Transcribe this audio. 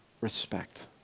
respect